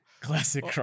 Classic